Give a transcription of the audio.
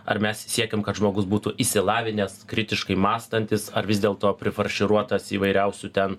ar mes siekiam kad žmogus būtų išsilavinęs kritiškai mąstantis ar vis dėlto prifarširuotas įvairiausių ten